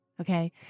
okay